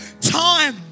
time